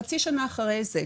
חצי שנה אחרי זה,